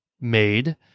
made